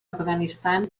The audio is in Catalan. afganistan